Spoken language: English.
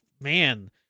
man